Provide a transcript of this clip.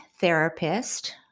therapist